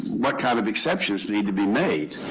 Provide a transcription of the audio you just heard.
what kind of exceptions need to be made?